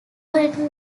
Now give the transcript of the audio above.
written